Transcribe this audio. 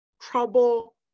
trouble